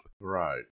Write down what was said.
right